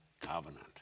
covenant